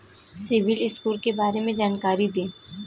CIBIL score के बारे में जानकारी दें?